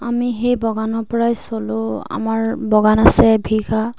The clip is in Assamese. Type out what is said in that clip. আমি সেই বাগানৰ পৰাই চলোঁ আমাৰ বাগান আছে এবিঘা